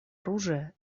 оружия